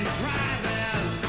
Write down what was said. prizes